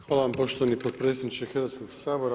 Hvala vam poštovani potpredsjedniče Hrvatskoga sabora.